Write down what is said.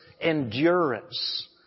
endurance